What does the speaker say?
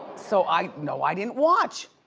so i, no, i didn't watch.